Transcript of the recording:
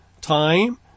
time